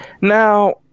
Now